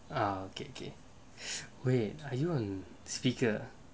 ah okay okay wait are you on speaker